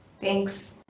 Thanks